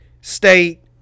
State